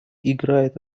играет